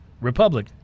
Republic